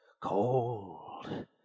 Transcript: Cold